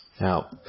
Now